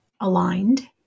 aligned